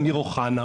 אמיר אוחנה.